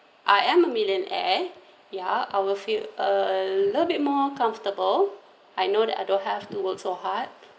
I am a millionaire ya I will feel a little bit more comfortable I know that I don't have to work so hard